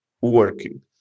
working